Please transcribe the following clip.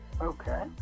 Okay